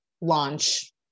launch